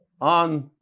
on